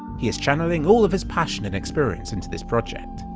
he is channelling all of his passion and experience into this project.